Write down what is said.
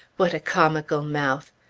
what a comical mouth!